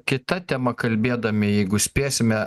kita tema kalbėdami jeigu spėsime